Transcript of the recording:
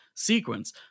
sequence